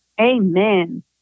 Amen